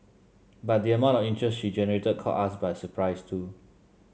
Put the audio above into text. but the amount of interest she generated caught us by surprise too